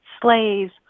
slaves